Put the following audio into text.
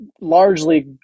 Largely